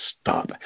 stop